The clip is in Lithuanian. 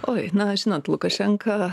oi na žinot lukašenka